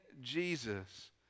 Jesus